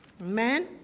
Amen